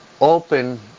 open